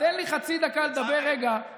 אדוני היושב-ראש, אבל תגיד בעברית מה אמרת.